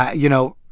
you know,